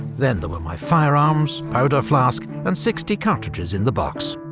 then there were my firearms, powder-flask and sixty cartridges in the box.